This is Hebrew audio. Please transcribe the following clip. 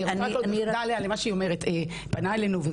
אני רוצה לומר בתגובה למה שהיא אומרת: פנה אלינו,